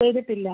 ചെയ്തിട്ടില്ല